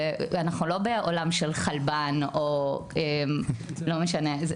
ואנחנו לא בעולם של חלבן או לא משנה,